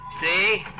See